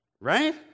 Right